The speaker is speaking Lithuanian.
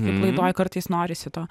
kaip laidoj kartais norisi to